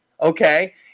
Okay